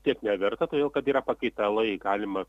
tiek neverta todėl kad yra pakaitalai galima